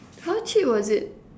how cheap was it